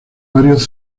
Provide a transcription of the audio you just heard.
varios